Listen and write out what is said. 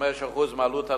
55% מעלות התלמיד,